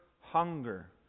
hunger